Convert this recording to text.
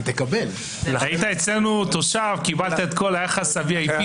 היית אצלנו תושב, קיבלת את כל היחס ה-V.I.P.